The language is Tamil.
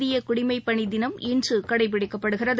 இந்திய குடிமைப் பணி தினம் இன்று கடைபிடிக்கப்படுகிறது